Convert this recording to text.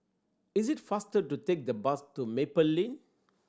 it's faster to take the bus to Maple Lane